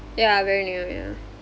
ya very new ya